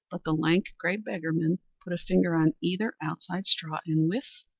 but the lank, grey beggarman put a finger on either outside straw and, whiff,